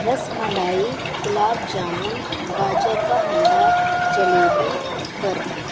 رس ملائی گلاب جامن گاجر کا حلوہ جلیبی برفی